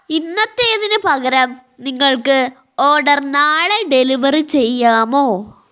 ഇന്നത്തേതിന് പകരം നിങ്ങൾക്ക് ഓർഡർ നാളെ ഡെലിവർ ചെയ്യാമോ